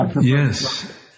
Yes